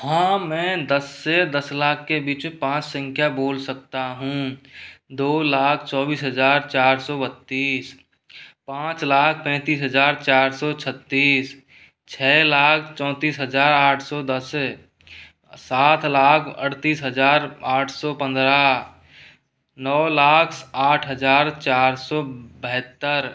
हाँ मैं दस से दस लाख के बिच पाँच संख्या बोल सकता हूँ दो लाख चौबीस हजार चार सौ बत्तीस पाँच लाख पैंतीस हजार चार सौ छत्तीस छः लाख चौंतीस हजार आठ सौ दस सात लाख अड़तीस हजार आठ सौ पंद्रह नौ लाख आठ हजार चार सौ बहत्तर